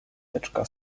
teczka